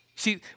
See